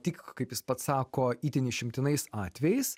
tik kaip jis pats sako itin išimtinais atvejais